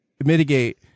mitigate